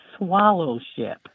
Swallowship